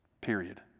Period